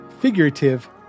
figurative